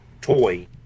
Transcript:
toy